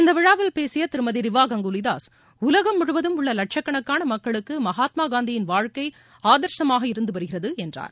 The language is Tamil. இந்த விழாவில் பேசிய ்திருமதி ரிவா கங்குலிதாஸ் உலகம் முழுவதும் உள்ள வட்சக்கணக்காள மக்களுக்கு மகாத்மாக காந்தியின் வாழ்க்கை ஆதர்சமாக இருந்து வருகிறது என்றார்